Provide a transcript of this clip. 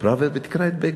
פראוור ותקרא את בגין,